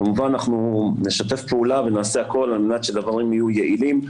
כמובן אנחנו נשתף פעולה ונעשה הכל על מנת שדברים יהיו יעילים,